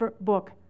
book